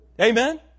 Amen